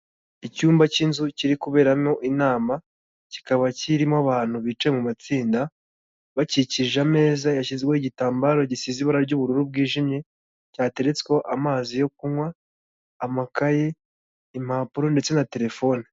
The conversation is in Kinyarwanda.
Icyumba cy'inzu kiri kuberamo inama kikaba kirimo abantu bicaye mu matsinda bakikije ameza yashyizweho igitambaro gisize iba ry'ubururu bwijimye cyatereretseho amazi yo kunywa, amakayi, impapuro ndetse na terefone.